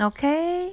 Okay